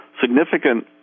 significant